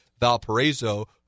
Valparaiso